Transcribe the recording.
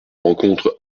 rencontre